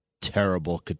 terrible